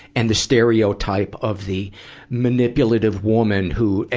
and the stereotype of the manipulative woman who,